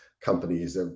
companies